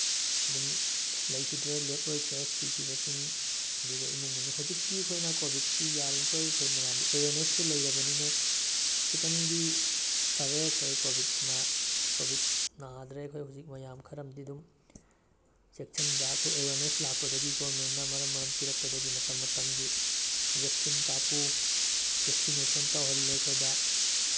ꯑꯗꯨꯝ ꯂꯩꯈꯤꯗ꯭ꯔꯦ ꯂꯦꯠ ꯑꯣꯏꯈ꯭ꯔꯦ ꯁꯤꯈꯤꯕꯁꯤꯡ ꯑꯗꯨꯒ ꯏꯃꯨꯡ ꯃꯅꯨꯡ ꯍꯧꯖꯤꯛꯇꯤ ꯑꯩꯈꯣꯏꯅ ꯀꯣꯚꯤꯠꯁꯤ ꯌꯥꯔꯤꯝꯈꯣꯏ ꯑꯩꯈꯣꯏ ꯃꯌꯥꯝꯗ ꯑꯦꯋꯦꯌꯔꯅꯦꯁꯇꯣ ꯂꯩꯔꯕꯅꯤꯅ ꯈꯤꯇꯪꯗꯤ ꯐꯔꯦ ꯑꯩꯈꯣꯏ ꯀꯣꯚꯤꯠꯅ ꯀꯣꯚꯤꯠ ꯅꯥꯗ꯭ꯔꯦ ꯑꯩꯈꯣꯏ ꯍꯧꯖꯤꯛ ꯃꯌꯥꯝ ꯈꯔ ꯑꯃꯗꯤ ꯑꯗꯨꯝ ꯆꯦꯛꯁꯤꯟꯕ ꯑꯩꯈꯣꯏ ꯑꯦꯋꯦꯌꯔꯅꯦꯁ ꯂꯥꯛꯄꯗꯒꯤ ꯒꯣꯔꯃꯦꯟꯅ ꯃꯔꯝ ꯃꯔꯝ ꯄꯤꯔꯛꯄꯗꯒꯤ ꯃꯇꯝ ꯃꯇꯝꯒꯤ ꯚꯦꯛꯁꯤꯟ ꯀꯥꯞꯄꯨ ꯚꯦꯛꯁꯤꯟꯅꯦꯁꯟ ꯇꯧꯍꯜꯂꯦ ꯑꯩꯈꯣꯏꯗ